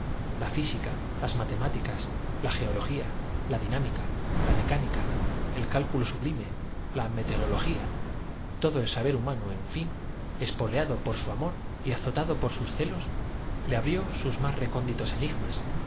quiso ca las matemáticas la geología la dinámica la mecá en este caso como en la mayor parte de los descubri nica el cálculo sublime la meteorología todo el saber mientos disfrazarse de casualidad vino inesperada humano en fin espoleado por su amor y azotado por mente en su ayuda sus celos le abrió sus más recónditos